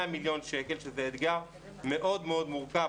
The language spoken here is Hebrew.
מיליון שקל שזה אתגר מאוד מאוד מורכב,